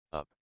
up